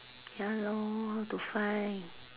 ya lor to find